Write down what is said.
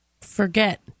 Forget